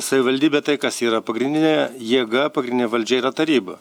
savivaldybė tai kas yra pagrindinė jėga pagrindinė valdžia yra taryba